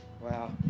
Wow